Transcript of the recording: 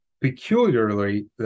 peculiarly